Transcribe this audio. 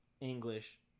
English